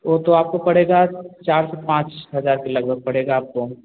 ओ तो आपको पड़ेगा चार से पाँच हजार के लगभग पड़ेगा आपको